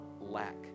lack